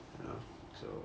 you know so